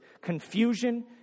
confusion